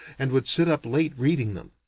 and would sit up late reading them.